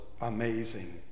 amazing